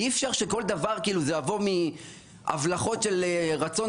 אי אפשר שכל דבר יבוא מהבלחות של רצון